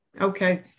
Okay